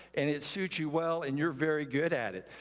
and it suits you well and you're very good at it.